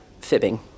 fibbing